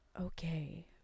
okay